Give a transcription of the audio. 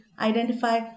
identify